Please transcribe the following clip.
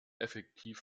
effektiv